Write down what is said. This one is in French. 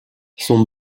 son